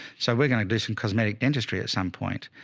so we're going to do some cosmetic industry at some point.